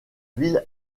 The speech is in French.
ville